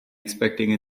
expecting